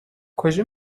کجا